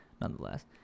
nonetheless